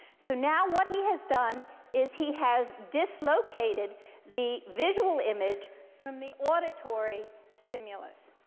so now, what he has done is he has dislocated the visual image from the auditory stimulus.